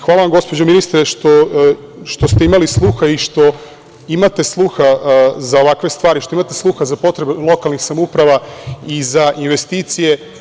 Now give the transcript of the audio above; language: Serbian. Hvala vam, gospođo ministre, što ste imali sluha i što imate sluha za ovakve stvari, što imate sluha za potrebe lokalnih samouprava i za investicije.